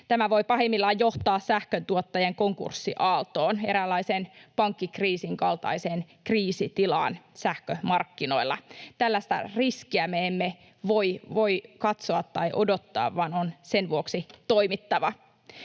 Tämä voi pahimmillaan johtaa sähköntuottajien konkurssiaaltoon, eräänlaiseen pankkikriisin kaltaiseen kriisitilaan sähkömarkkinoilla. Tällaista riskiä me emme voi katsoa tai odottaa, vaan sen vuoksi on toimittava.